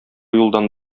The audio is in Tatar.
юлдан